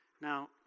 Now